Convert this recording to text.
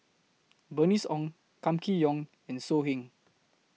Bernice Ong Kam Kee Yong and So Heng